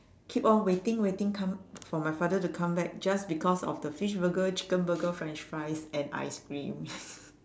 keep on waiting waiting come for my father to come back just because of the fish burger chicken burger french fries and ice cream